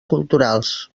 culturals